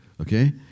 Okay